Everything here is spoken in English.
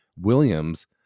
Williams